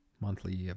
monthly